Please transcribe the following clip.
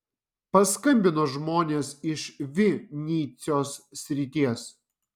paskambino žmonės iš vinycios srities